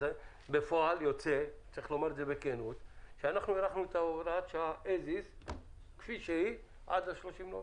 זה אומר שבפועל הארכנו את הוראת השעה כפי שהיא עד ה-30 בנובמבר.